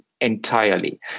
entirely